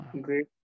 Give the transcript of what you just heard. great